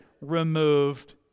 removed